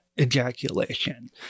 ejaculation